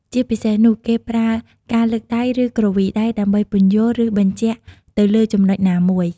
ជាពិសេសនោះ គេប្រើការលើកដៃ ឬ គ្រវីដៃ ដើម្បីពន្យល់ ឬបញ្ជាក់ទៅលើចំណុចណាមួយ។